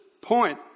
point